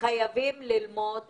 צרך לפקוח את